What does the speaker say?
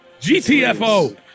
GTFO